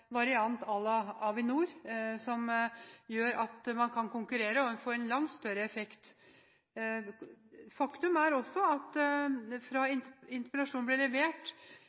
variant à la Avinor, som gjør at man kan konkurrere og få en langt større effekt. Faktum er også at etter at interpellasjonen ble levert,